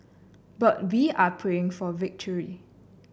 but we are praying for victory